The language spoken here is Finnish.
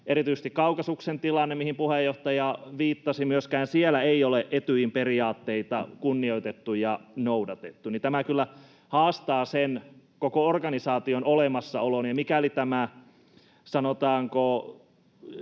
erityisesti Kaukasuksen tilanne, mihin puheenjohtaja viittasi: myöskään siellä ei ole Etyjin periaatteita kunnioitettu ja noudatettu. Eli tämä kyllä haastaa sen koko organisaation olemassaolon, ja mikäli tämä, sanotaanko